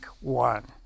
one